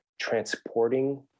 transporting